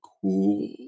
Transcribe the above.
cool